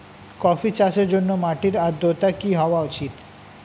Coffee চাষের জন্য মাটির আর্দ্রতা কি হওয়া উচিৎ?